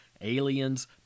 aliens